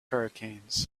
hurricanes